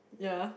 ya